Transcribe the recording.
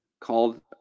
called